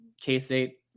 k-state